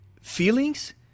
feelings